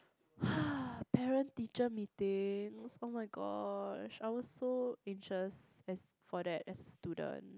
parent teacher meetings oh-my-gosh I was so anxious as for that as a student